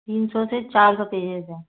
तीन सौ से चार सौ पेजेज हैं